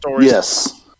Yes